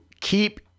keep